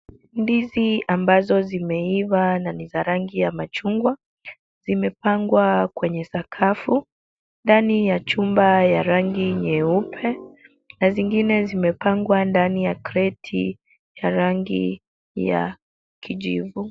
Ndizi ambazo zimeiva na ni za rangi ya machungwa. Zimepangwa kwenye sakafu ndani ya chumba ya rangi nyeupe na zingine zimepangwa ndani ya kreti ya rangi ya kijivu.